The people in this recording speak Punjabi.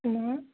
ਮੈਂ